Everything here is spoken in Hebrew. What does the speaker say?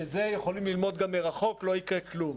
שאת זה יכולים ללמוד גם מרחוק, לא יקרה דבר.